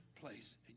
place